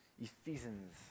Ephesians